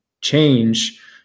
change